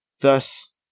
Thus